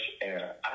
air